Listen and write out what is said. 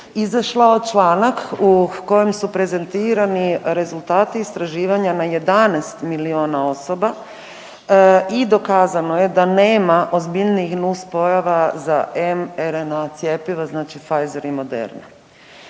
izašao članak u kojem su prezentirani rezultati istraživanja na 11 miliona osoba i dokazano je da nema ozbiljnijih nuspojava za MRNA cjepiva, znači Pfeiser i Moderna.